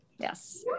Yes